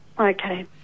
okay